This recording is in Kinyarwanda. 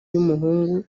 y’umuhungu